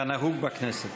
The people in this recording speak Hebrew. כנהוג בכנסת.